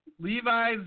Levi's